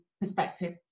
perspective